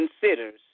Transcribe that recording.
considers